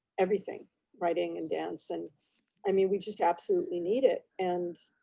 everything writing and dance. and i mean we just absolutely need it. and